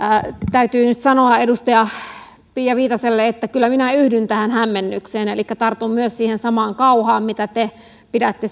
täytyy nyt sanoa edustaja pia viitaselle että kyllä minä yhdyn tähän hämmennykseen elikkä tartun myös siihen samaan kauhaan mitä te pidätte